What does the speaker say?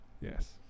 Yes